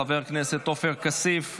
חבר הכנסת עופר כסיף,